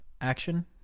action